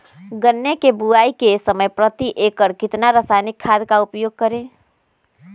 गन्ने की बुवाई के समय प्रति एकड़ कितना रासायनिक खाद का उपयोग करें?